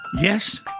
Yes